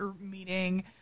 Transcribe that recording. meeting